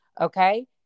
Okay